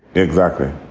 exactly.